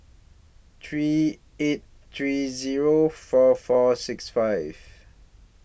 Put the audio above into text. three eight three Zero four four six five